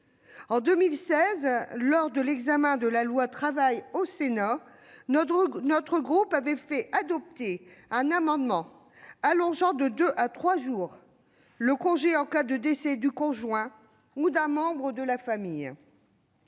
En 2016, lors de l'examen de la loi Travail au Sénat, notre groupe avait fait adopter un amendement tendant à allonger de deux à trois jours le congé en cas de décès du conjoint ou d'un membre de la famille.